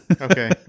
Okay